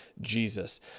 Jesus